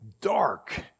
dark